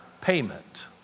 payment